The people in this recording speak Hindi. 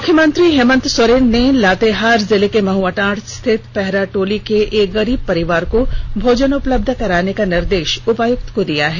मुख्यमंत्री हेमंत सोरेन ने लातेहार जिले के महुआटांड स्थित पहराटोली के एक गरीब परिवार को भोजन उपलब्ध कराने का निर्देश उपायक्त को दिया है